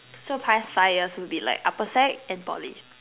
so past five years would be like upper sec and in Poly